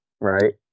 Right